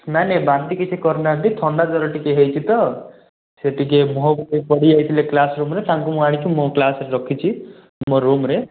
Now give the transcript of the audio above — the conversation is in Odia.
ନାଇଁ ନାଇଁ ବାନ୍ତି କିଛି କରିନାହାଁନ୍ତି ଥଣ୍ଡା ଜର ଟିକେ ହେଇଛି ତ ସେ ଟିକେ ମୁହଁ ପଡ଼ିଯାଇଥିଲେ କ୍ଲାସରୁମରେ ତାଙ୍କୁ ମୁଁ ଆଣିକି ମୋ କ୍ଲାସରେ ରଖିଛି ମୋ ରୁମରେ